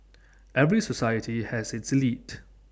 every society has its elite